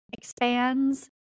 expands